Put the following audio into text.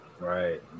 right